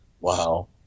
wow